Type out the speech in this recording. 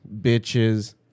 bitches